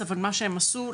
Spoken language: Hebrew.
אני מקווה שזה